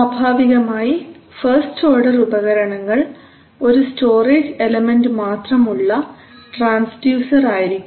സ്വാഭാവികമായി first order ഉപകരണങ്ങൾ ഒരു സ്റ്റോറേജ് എലമെൻറ് മാത്രമുള്ള ട്രാൻസ്ഡ്യൂസർ ആയിരിക്കും